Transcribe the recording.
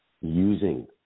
using